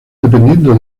dependiendo